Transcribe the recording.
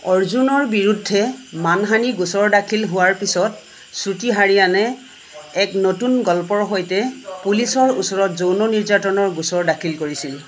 অৰ্জুনৰ বিৰূদ্ধে মানহানী গোচৰ দাখিল হোৱাৰ পিছত শ্ৰুতি হাৰিয়ানে এক নতুন গল্পৰ সৈতে পুলিচৰ ওচৰত যৌন নিৰ্যাতনৰ গোচৰ দাখিল কৰিছিল